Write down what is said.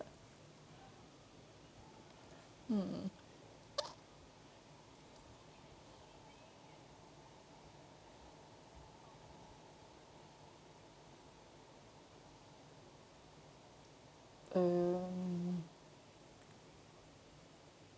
mm um